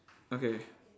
okay